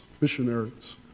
missionaries